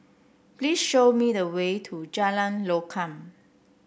please show me the way to Jalan Lokam